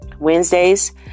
Wednesdays